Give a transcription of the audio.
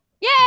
Yay